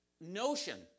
notion